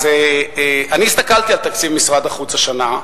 אז אני הסתכלתי על תקציב משרד החוץ השנה,